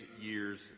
years